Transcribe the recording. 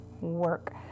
work